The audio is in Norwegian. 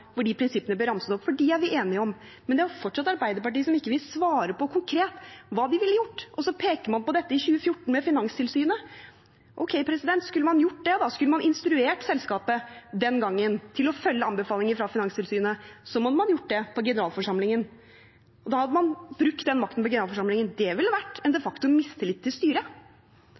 hvor disse prinsippene ble ramset opp. Dem er vi enige om, men det er fortsatt Arbeiderpartiet som ikke svarer på hva de konkret ville gjort. Man peker på dette med Finanstilsynet i 2014. Ok, skulle man gjort det, skulle man instruert selskapet den gangen til å følge anbefalingene fra Finanstilsynet, måtte man gjort det på generalforsamlingen. Da hadde man brukt den makten på generalforsamlingen. Det ville de facto vært en mistillit til styret.